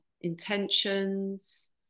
intentions